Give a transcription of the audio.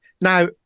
Now